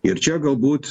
ir čia galbūt